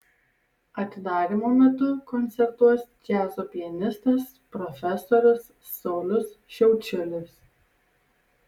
atidarymo metu koncertuos džiazo pianistas profesorius saulius šiaučiulis